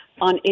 on